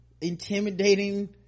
intimidating